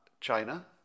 China